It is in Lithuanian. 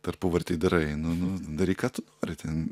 tarpuvartėj darai nu nu daryk ką tu nori ten